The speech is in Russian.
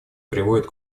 приводит